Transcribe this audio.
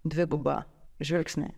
dvigubą žvilgsnį